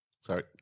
Sorry